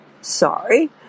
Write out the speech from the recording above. sorry